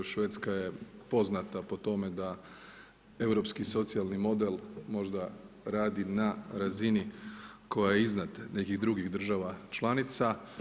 Švedska je poznata po tome da europski socijalni model možda radi na razini koja je iznad nekih drugih država članica.